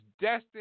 destined